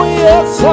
yes